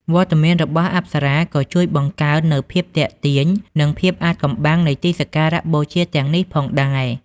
វត្តមានរបស់អប្សរាក៏ជួយបង្កើននូវភាពទាក់ទាញ និងភាពអាថ៌កំបាំងនៃទីសក្ការបូជាទាំងនេះផងដែរ។